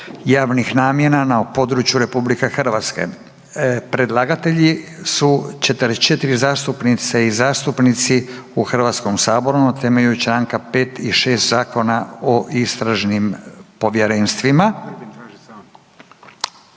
javnih namjena na području Republike Hrvatske; Predlagatelji su 44 zastupnice i zastupnici u HS-u na temelju čl. 5 i 6 Zakona o istražnim povjerenstvima.